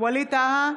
ווליד טאהא,